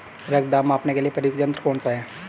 रक्त दाब मापने के लिए प्रयुक्त यंत्र कौन सा है?